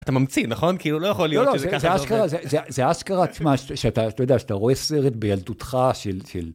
אתה ממציא, נכון? כאילו לא יכול להיות שזה ככה יורדת. זה אשכרה מה, שאתה יודע, שאתה רואה סרט בילדותך של...